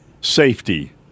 safety